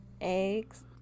Eggs